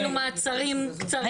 אפילו מעצרים קצרים.